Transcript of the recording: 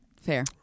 Fair